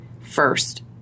first